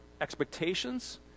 expectations